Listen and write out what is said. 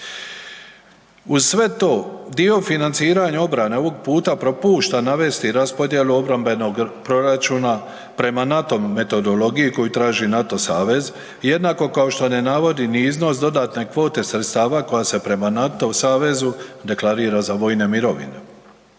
Uz sve to dio financiranja obrane ovog puta propušta navesti raspodjelu obrambenog proračuna prema NATO metodologiji koju traži NATO savez, jednako kao što ne navodi ni iznos dodatne kvote sredstava koja se prema NATO savezu deklarira za vojne mirovine.